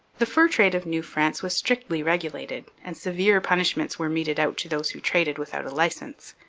the fur trade of new france was strictly regulated, and severe punishments were meted out to those who traded without a licence.